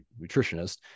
nutritionist